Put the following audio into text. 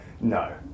No